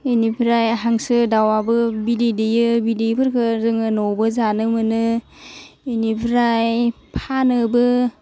बिनिफ्राय हांसो दावाबो बिदै दैयो बिदैफोरखौ जोङो न'वबो जानो मोनो इनिफ्राय फानोबो